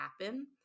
happen